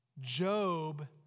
Job